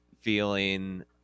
feeling